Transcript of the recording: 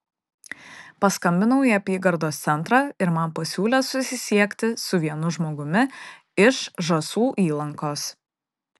paskambinau į apygardos centrą ir man pasiūlė susisiekti su vienu žmogumi iš žąsų įlankos